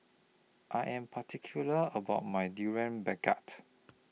I Am particular about My Durian Pengat